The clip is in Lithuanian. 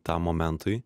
tam momentui